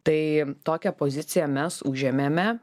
tai tokią poziciją mes užėmėme